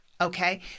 Okay